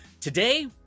Today